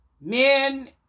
men